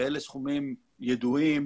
ואלה סכומים ידועים,